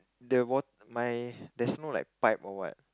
the wat~ my there's no like pipe or what